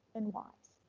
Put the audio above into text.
and wise.